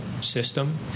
system